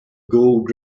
gold